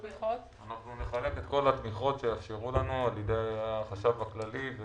אנחנו נחלק את כל התמיכות שיאפשרו לנו על ידי החשב הכללי.